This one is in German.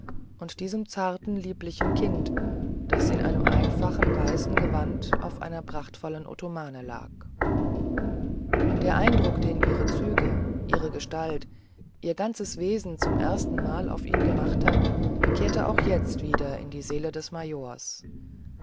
und diesem zarten lieblichen kind das in einem einfachen weißen gewand auf einer prachtvollen ottomane lag der eindruck den ihre züge ihre gestalt ihr ganzes wesen zum erstenmal auf ihn gemacht hatten kehrte auch jetzt wieder in die seele des majors